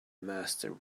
master